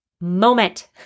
moment